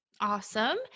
Awesome